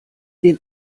den